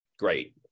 great